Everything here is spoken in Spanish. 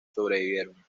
sobrevivieron